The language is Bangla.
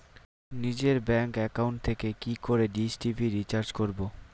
নিজের ব্যাংক একাউন্ট থেকে কি করে ডিশ টি.ভি রিচার্জ করবো?